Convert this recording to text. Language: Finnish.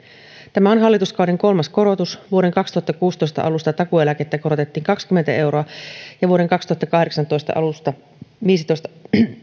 tämä on hallituskauden kolmas korotus vuoden kaksituhattakuusitoista alusta takuueläkettä korotettiin kaksikymmentä euroa ja vuoden kaksituhattakahdeksantoista alusta viisitoista